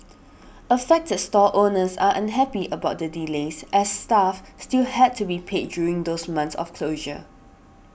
affected stall owners are unhappy about the delays as staff still had to be paid during those months of closure